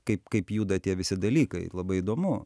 kaip kaip juda tie visi dalykai labai įdomu